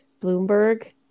Bloomberg